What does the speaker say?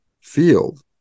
field